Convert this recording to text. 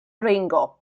ringo